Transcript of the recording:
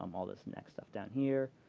um all this neck stuff down here.